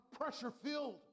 pressure-filled